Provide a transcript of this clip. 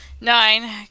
nine